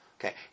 okay